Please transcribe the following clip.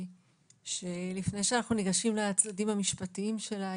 שלפני שאנחנו ניגשים לצדדים המשפטיים שלה,